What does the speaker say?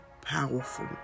powerful